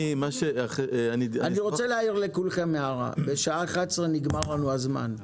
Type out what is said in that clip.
אני רוצה לומר לכם שבשעה 11:00 נגמר לנו הזמן.